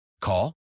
Call